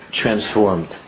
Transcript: transformed